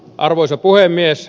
arvoisa puhemies